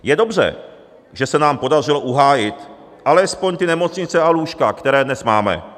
Je dobře, že se nám podařilo uhájit alespoň ty nemocnice a lůžka, které dnes máme.